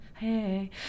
Hey